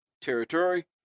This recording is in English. territory